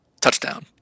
Touchdown